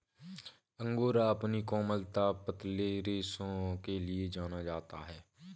angora अपनी कोमलता, पतले रेशों के लिए जाना जाता है